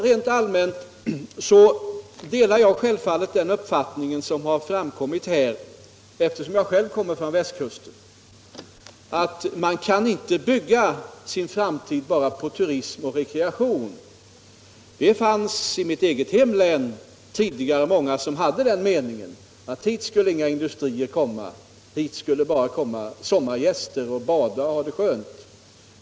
Rent allmänt delar jag självfallet den uppfattning som har framkommit stimulerande åtgärder i norra Bohuslän här — eftersom jag själv kommer från västkusten — att man inte kan bygga sin framtid bara på turism och rekreation. I mitt eget hemlän var det tidigare många som hade den meningen att hit skulle inga industrier komma. Hit skulle bara komma sommargäster för att bada och ha det skönt.